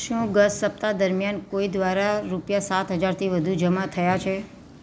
શું ગત સપ્તાહ દરમિયાન કોઈ દ્વારા રૂપિયા સાત હજારથી વધુ જમા થયાં છે